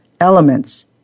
elements